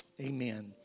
Amen